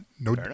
no